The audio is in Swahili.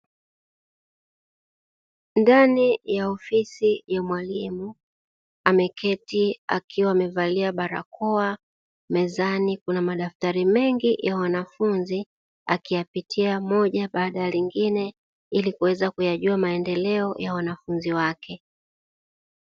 Ndani ya ofisi ya mwalimu ameketi akiwa amevalia barakoa. Mezani kuna madaftari mengi ya wanafunzi akiyapitia moja baada ya jingine ili kuweza kuyajua maendeleo ya wanafunzi wake.